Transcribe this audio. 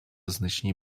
значні